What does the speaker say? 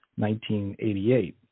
1988